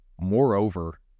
Moreover